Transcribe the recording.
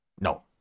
No